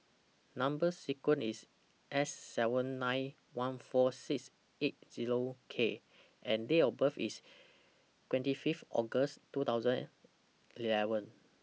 Number sequence IS S seven nine one four six eight Zero K and Date of birth IS twenty five August two thousand and eleven